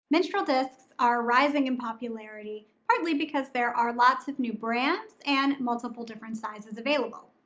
menstrual discs are rising in popularity, partly because there are lots of new brands and multiple different sizes available.